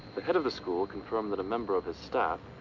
the head of the school confirmed that a member of his staff,